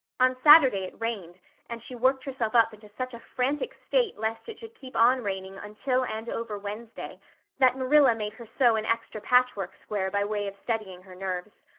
on saturday it rained and she worked herself up into such a frantic state lest it should keep on raining until and over wednesday that marilla made her sew an extra patchwork square by way of steadying her nerves.